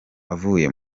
avuye